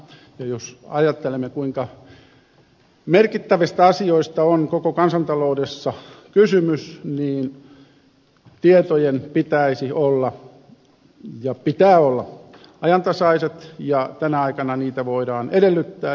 jos ajattelemme kuinka merkittävistä asioista on koko kansantaloudessa kysymys niin tietojen pitäisi olla ja pitää olla ajantasaiset ja tänä aikana niitä voidaan edellyttää